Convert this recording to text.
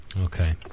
Okay